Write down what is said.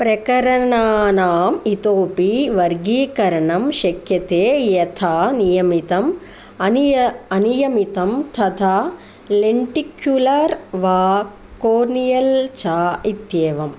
प्रकरणानाम् इतोऽपि वर्गीकरणं शक्यते यथा नियमितम् अनियमितं थथा लेण्टिक्युलर् वा कोर्नियल् च इत्येवम्